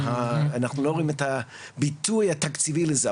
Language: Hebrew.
אנחנו לא רואים את הביטוי התקציבי לזה.